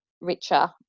richer